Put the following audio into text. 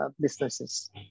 businesses